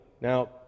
Now